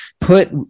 put